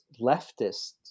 leftists